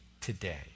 today